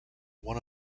one